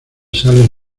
sales